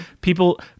people